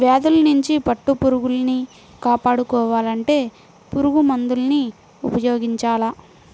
వ్యాధుల్నించి పట్టుపురుగుల్ని కాపాడుకోవాలంటే పురుగుమందుల్ని ఉపయోగించాల